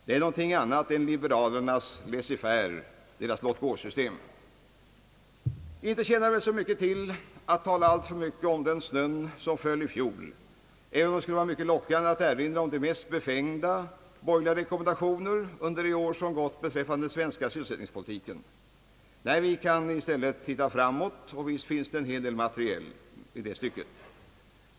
Det är något annat än liberalernas laissez-faire, dvs. låtgå-system. Inte tjänar det så mycket till att tala alltför mycket om den snö som föll i fjol även om det skulle vara mycket lockande att erinra om de mest befängda bergerliga rekommendationerna beträffande den svenska sysselsättningspolitiken under de år som gått. Vi skall i stället titta framåt, och visst finns det en hel del material i det stycket.